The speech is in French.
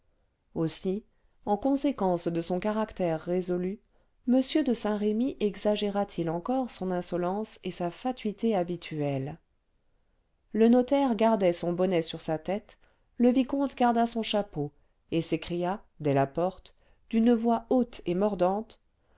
aussi en conséquence de son caractère résolu m de saint-remy exagéra t il encore son insolence et sa fatuité habituelles le notaire gardait son bonnet sur sa tête le vicomte garda son chapeau et s'écria dès la porte d'une voix haute et mordante